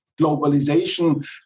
globalization